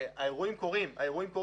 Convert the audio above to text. האירועים קורים.